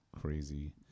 Crazy